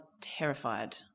terrified